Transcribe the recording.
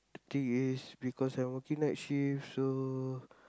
the thing is because I working night shift so